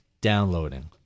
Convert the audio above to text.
downloading